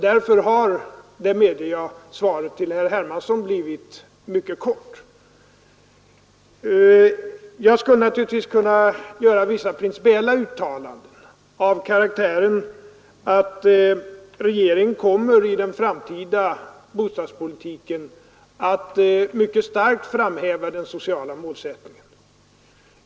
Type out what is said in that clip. Därför har, det medger jag, svaret till herr Hermansson blivit mycket kort. Jag skulle naturligtvis kunna göra vissa principiella uttalanden av karaktären att regeringen kommer i den framtida bostadspolitiken att mycket starkt framhäva den sociala målsättningen.